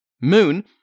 Moon